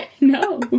No